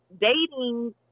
dating